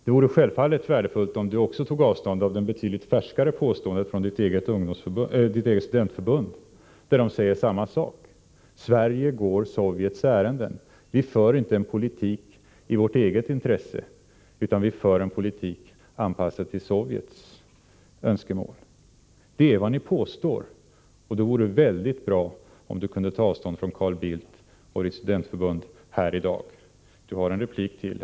Det vore självfallet värdefullt, om Ivar Virgin också tog avstånd från det betydligt färskare påståendet från sitt eget studentförbund, som säger samma sak: Sverige går Sovjets ärenden. Vi för inte en politik i vårt eget intresse utan en politik anpassad till Sovjets önskemål. Detta är vad ni påstår, och det vore väldigt bra om Ivar Virgin kunde ta avstånd från Carl Bildt och studentförbundet i dag; han har en replik till.